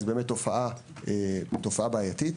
זה תופעה בעייתית,